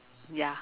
ya